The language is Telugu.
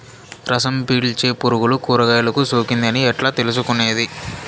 రసం పీల్చే పులుగులు కూరగాయలు కు సోకింది అని ఎట్లా తెలుసుకునేది?